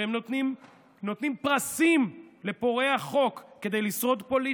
כשהם נותנים פרסים לפורעי החוק כדי לשרוד פוליטית.